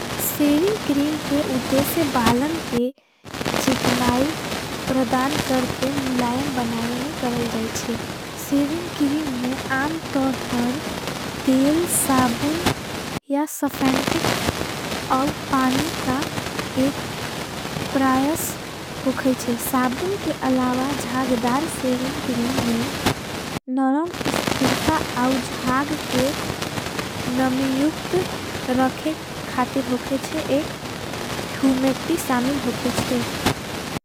Saving cream के उदेसे बालन के चिकनाई प्रदान करके। मुलायम बनावे में करल जाईच्छे सेविंग क्रीम में आमतोर। पर तेल साबुन या सफन्टिक औव पानी का एक प्रायस। होगईच्छे साबुन के अलावा ज्हागदार सेविंग क्रीम में। नरम इस्तिरता आउ ज्हाग के नमियूक्त रखे खातिर। होगेच्छे एक हुमेक्टी सामिल होगेच्छे।